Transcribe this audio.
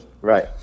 Right